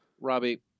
Robbie